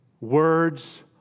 Words